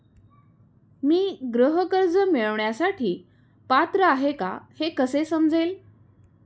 मी गृह कर्ज मिळवण्यासाठी पात्र आहे का हे कसे समजेल?